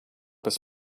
his